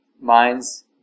Minds